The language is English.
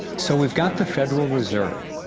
so we've got the federal reserve,